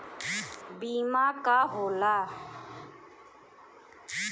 बीमा का होला?